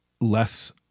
less